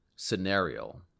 scenario